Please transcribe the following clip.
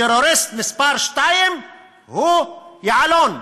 טרוריסט מספר שתיים הוא יעלון.